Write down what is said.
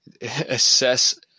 assess